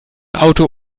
auto